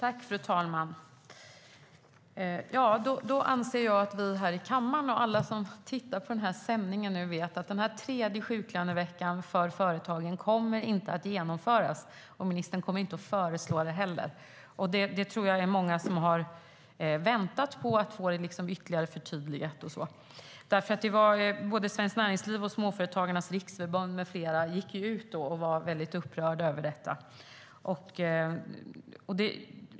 Fru talman! Då anser jag att vi här i kammaren och alla som tittar på den här sändningen nu vet att den tredje sjuklöneveckan för företagen inte kommer att genomföras. Ministern kommer inte heller att föreslå det. Jag tror att det är många som har väntat på att få det ytterligare förtydligat. Svenskt Näringsliv, Småföretagarnas Riksförbund med flera gick ju ut och var väldigt upprörda över detta.